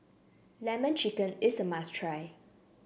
lemon chicken is a must try